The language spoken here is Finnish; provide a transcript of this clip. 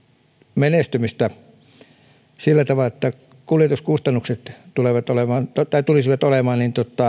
menestymistä sillä tavalla että kuljetuskustannukset tulisivat olemaan